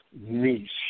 niche